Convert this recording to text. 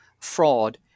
fraud